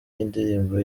yindirimbo